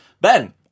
Ben